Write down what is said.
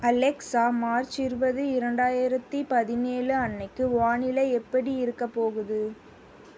Alexa March இருபது இரண்டாயிரத்து பதினேழு அன்றைக்கு வானிலை எப்படி இருக்கப் போகுது